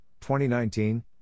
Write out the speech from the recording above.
2019